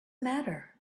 matter